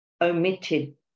omitted